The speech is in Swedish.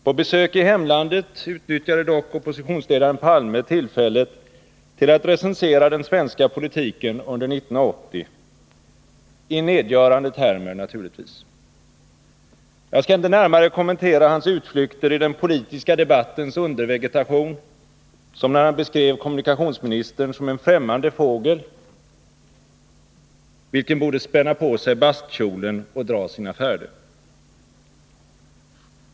På besök i hemlandet utnyttjade dock oppositionsledaren Olof Palme tillfället att recensera den svenska politiken under 1980 — i nedgörande termer naturligtvis. Jag skall inte närmare kommentera hans utflykter i den politiska debattens undervegetation, som när han beskrev kommunikationsministern som en fftämmande fågel vilken borde spänna på sig bastkjolen och dra sina färde.